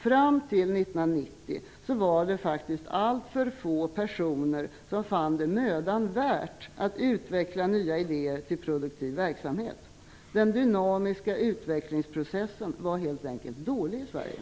Fram till 1990 var det faktiskt alltför få personer som fann det vara mödan värt att utveckla nya idéer till produktiv verksamhet. Den dynamiska utvecklingsprocessen var helt enkelt dålig i Sverige.